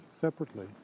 separately